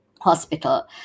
hospital